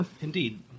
Indeed